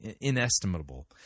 inestimable